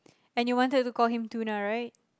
and you wanted to call him Tuna right